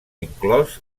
inclòs